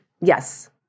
Yes